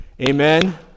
Amen